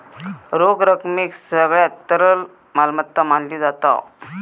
रोख रकमेक सगळ्यात तरल मालमत्ता मानली जाता